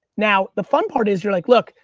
now, the fun part is you're like, look,